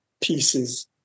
pieces